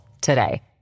today